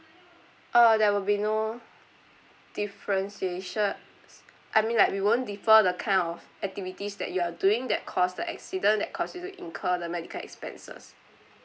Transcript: uh there will be no differentiation I mean like we won't differ the kind of activities that you are doing that caused the accident that caused you to incur the medical expenses